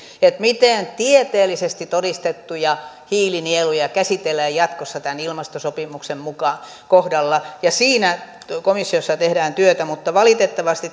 miten tieteellisesti todistettuja hiilinieluja käsitellään jatkossa tämän ilmastosopimuksen kohdalla siinä komissiossa tehdään työtä mutta valitettavasti